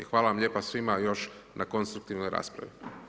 Hvala vam lijepa svima još na konstruktivnoj raspravi.